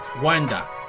Wanda